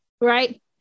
right